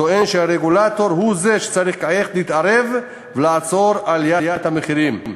הוא טוען שהרגולטור הוא זה שצריך כעת להתערב ולעצור את עליית המחירים.